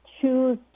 choose